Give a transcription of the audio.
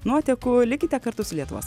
nuotekų likite kartu su lietuvos